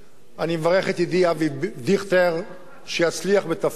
אני מברך את ידידי אבי דיכטר שיצליח בתפקידו,